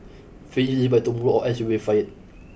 finish this by tomorrow or else you'll be fired